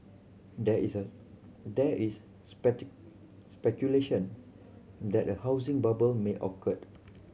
there is a there is speculation that a housing bubble may occurred